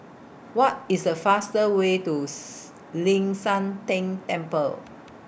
What IS The faster Way to Ling San Teng Temple